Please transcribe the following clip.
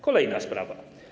Kolejna sprawa.